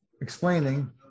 explaining